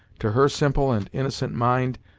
to her simple and innocent mind,